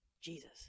Jesus